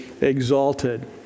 exalted